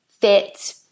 fit